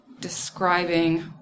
describing